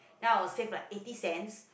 ya I will save like eighty cents